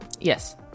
yes